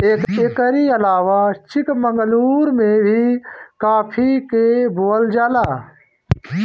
एकरी अलावा चिकमंगलूर में भी काफी के बोअल जाला